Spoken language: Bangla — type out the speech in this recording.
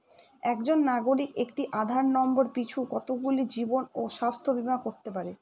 একজন নাগরিক একটি আধার নম্বর পিছু কতগুলি জীবন ও স্বাস্থ্য বীমা করতে পারে?